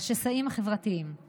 והשסעים החברתיים שהיא מביאה איתה?